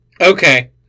okay